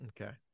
Okay